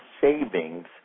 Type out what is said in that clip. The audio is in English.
savings